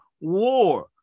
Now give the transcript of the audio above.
war